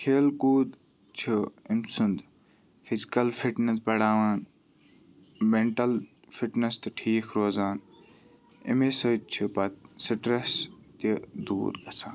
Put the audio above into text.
کھیل کوٗد چھُ أمۍ سُنٛد فِزکَل فِٹنٮ۪س بَڑاوان مٮ۪نٹَل فِٹنٮ۪س تہِ ٹھیٖک روزان امے سۭتۍ چھُ پَتہٕ سٹرٛٮ۪س تہِ دوٗر گژھان